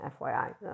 FYI